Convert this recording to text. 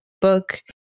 book